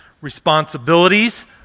responsibilities